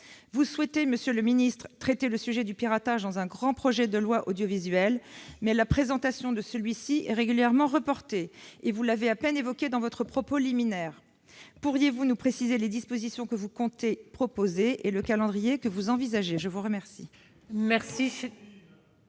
Vous souhaitez, monsieur le ministre, traiter le sujet du piratage au travers d'un grand projet de loi sur l'audiovisuel, mais la présentation de celui-ci est régulièrement reportée et vous l'avez à peine évoqué dans votre propos liminaire. Pourriez-vous nous préciser quelles dispositions vous comptez proposer, et selon quel calendrier ? Bravo ! La parole